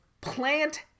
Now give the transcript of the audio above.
Plant